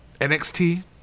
nxt